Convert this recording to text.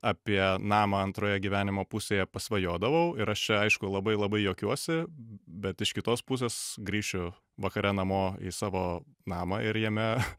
apie namą antroje gyvenimo pusėje pasvajodavau ir aš čia aišku labai labai juokiuosi bet iš kitos pusės grįšiu vakare namo į savo namą ir jame